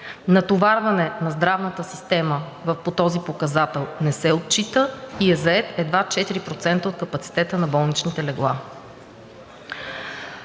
Натоварване на здравната система по този показател не се отчита и е зает едва 4% от капацитета на болничните легла.